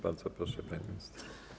Bardzo proszę, pani minister.